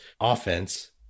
offense